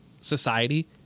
society